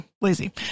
lazy